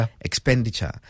expenditure